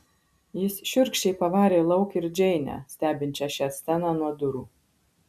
jis šiurkščiai pavarė lauk ir džeinę stebinčią šią sceną nuo durų